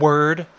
Word